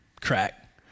crack